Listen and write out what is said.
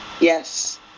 Yes